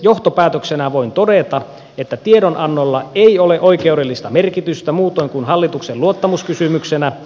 johtopäätöksenä voin todeta että tiedonannolla ei ole oikeudellista merkitystä muutoin kuin hallituksen luottamuskysymyksenä